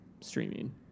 streaming